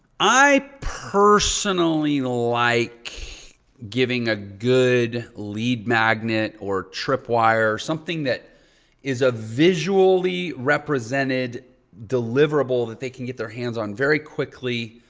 i personally like giving a good lead magnet or tripwire, something that is a visually represented deliverable that they can get their hands on very quickly.